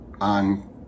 on